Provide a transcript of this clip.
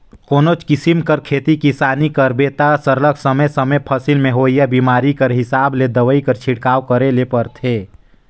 कोनोच किसिम कर खेती किसानी करबे ता सरलग समे समे फसिल में होवइया बेमारी कर हिसाब ले दवई कर छिड़काव करे ले परथे